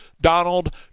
Donald